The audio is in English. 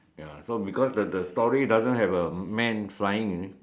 ya so because the the story doesn't have a man flying in it